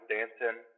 Dancing